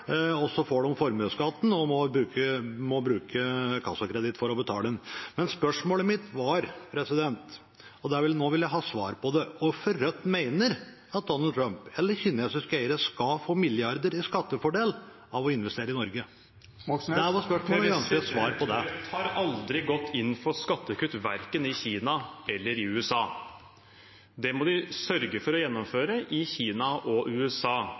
og så får de formuesskatten, og må bruke kassakreditt for å betale den. Men spørsmålet mitt var – og nå vil jeg ha svar på det – hvorfor Rødt mener at Donald Trump eller kinesiske eiere skal få milliarder i skattefordel av å investere i Norge. Det var spørsmålet, og jeg ønsker et svar på det. Rødt har aldri gått inn for skattekutt, verken i Kina eller i USA. Det må de sørge for å gjennomføre i Kina og i USA,